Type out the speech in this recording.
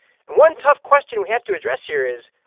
and one tough question we have to address here is,